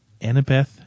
Annabeth